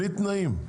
בלי תנאים,